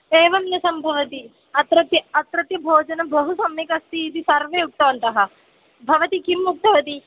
एवं न सम्भवति अत्रत्य अत्रत्य भोजनं बहु सम्यक् अस्ति इति सर्वे उक्तवन्तः भवती किम् उक्तवती